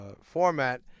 format